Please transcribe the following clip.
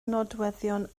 nodweddion